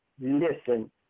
listen